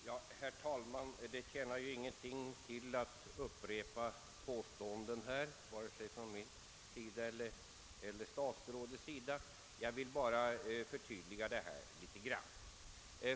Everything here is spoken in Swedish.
Herr talman! Det tjänar ju ingenting till att vare sig jag själv eller statsrådet upprepar några påståenden i denna debatt. Jag vill bara göra ett par förty dliganden.